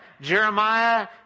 Jeremiah